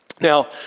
Now